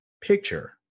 picture